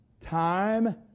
time